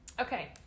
Okay